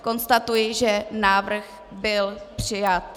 Konstatuji, že návrh byl přijat.